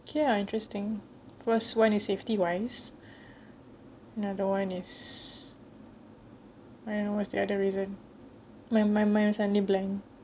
okay lah interesting first one is safety wise another one is I don't know what is the other reason my my mind is suddenly blank